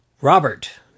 Robert